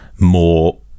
more